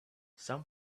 some